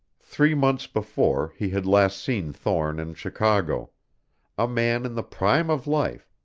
three months before he had last seen thorne in chicago a man in the prime of life,